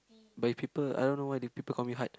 but if people I don't know why they people call me Hud